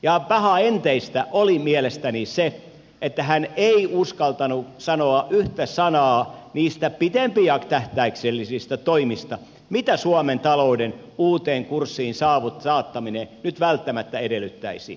ja pahaenteistä oli mielestäni se että hän ei uskaltanut sanoa yhtä sanaa niistä pitempitähtäimellisistä toimista mitä suomen talouden uuteen kurssiin saattaminen nyt välttämättä edellyttäisi